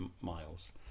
Miles